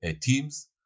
teams